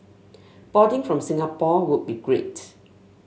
boarding from Singapore would be great